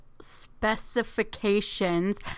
specifications